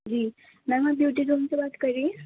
جی ma'am آپ beauty girl سے بات کر رہی ہیں